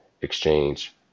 Exchange